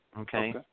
Okay